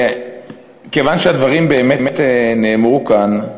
כיוון שהדברים באמת נאמרו כאן,